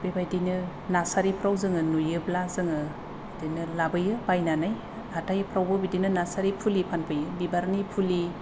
बेबायदिनो नार्सारिफ्राव जोङो नुयोब्ला जोङो बिदिनो लाबोयो बायनानै हाथायफ्रावबो बिदिनो नार्सारि फुलि फानफैयो बिबारनि फुलि